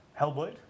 Hellblade